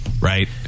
right